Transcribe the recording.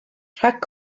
rhag